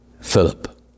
Philip